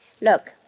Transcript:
Look